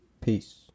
Peace